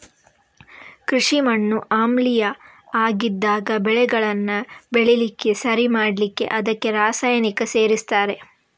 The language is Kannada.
ಕೃಷಿ ಮಣ್ಣು ಆಮ್ಲೀಯ ಆಗಿದ್ದಾಗ ಬೆಳೆಗಳನ್ನ ಬೆಳೀಲಿಕ್ಕೆ ಸರಿ ಮಾಡ್ಲಿಕ್ಕೆ ಅದಕ್ಕೆ ರಾಸಾಯನಿಕ ಸೇರಿಸ್ತಾರೆ